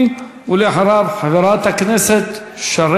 תודה לחברת הכנסת שולי מועלם-רפאלי.